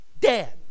dead